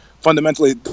fundamentally